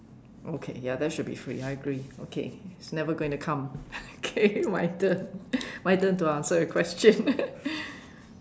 okay ya that should be free I agree okay never going to come okay my turn my turn to answer a question